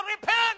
Repent